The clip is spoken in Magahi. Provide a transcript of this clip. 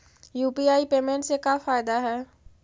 यु.पी.आई पेमेंट से का फायदा है?